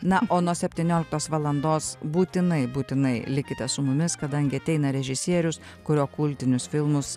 na o nuo septynioliktos valandos būtinai būtinai likite su mumis kadangi ateina režisierius kurio kultinius filmus